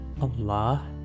Allah